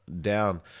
Down